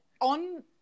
On